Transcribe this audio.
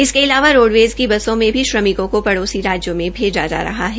इसके अलावा रोडवेज की बसों में भी श्रमिकों को पडौसी राज्यों में भेजा जा रहा है